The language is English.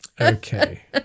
Okay